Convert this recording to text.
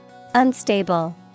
Unstable